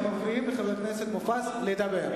אתם מפריעים לחבר הכנסת מופז לדבר.